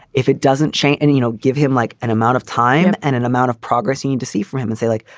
if it doesn't change and, you know, give him like an amount of time and an amount of progress, you need to see for him and say, like,